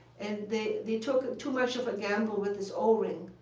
and they they took too much of a gamble with this o-ring.